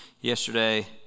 yesterday